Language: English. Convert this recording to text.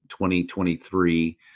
2023